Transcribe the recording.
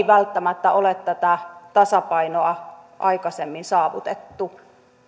välttämättä ole tätä tasapainoa aikaisemmin saavutettu